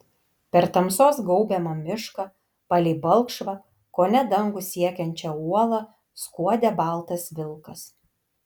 per tamsos gaubiamą mišką palei balkšvą kone dangų siekiančią uolą skuodė baltas vilkas